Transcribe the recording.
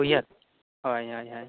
ᱩᱭᱦᱟᱟᱹᱨ ᱦᱳᱭ ᱦᱳᱭ